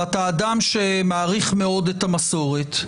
ואתה אדם שמעריך מאוד את המסורת,